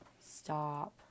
Stop